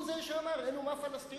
הוא שאמר: אין אומה פלסטינית.